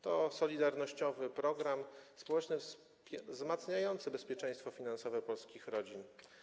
To solidarnościowy program społeczny wzmacniający bezpieczeństwo finansowe polskich rodzin.